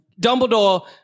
Dumbledore